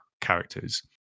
characters